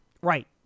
Right